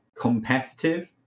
competitive